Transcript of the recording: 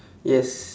yes